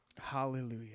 Hallelujah